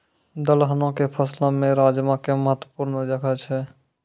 दलहनो के फसलो मे राजमा के महत्वपूर्ण जगह छै